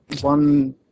one